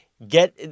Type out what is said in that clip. Get